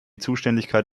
zuständigkeit